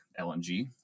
LNG